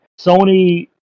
Sony